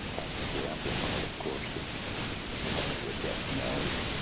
think the amplifier of course was one of the death nails,